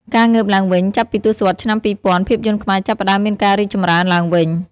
ការងើបឡើងវិញ ចាប់ពីទសវត្សរ៍ឆ្នាំ២០០០ ភាពយន្តខ្មែរចាប់ផ្ដើមមានការរីកចម្រើនឡើងវិញ។